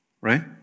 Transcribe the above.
Right